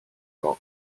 vain